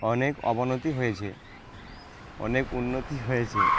অনেক অবনতি হয়েছে অনেক উন্নতি হয়েছে